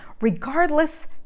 regardless